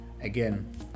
again